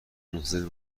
منتظر